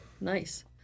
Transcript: Nice